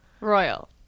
royal